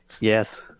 Yes